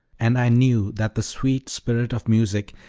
and i knew that the sweet spirit of music,